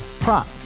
Prop